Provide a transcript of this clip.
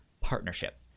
partnership